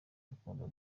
urukundo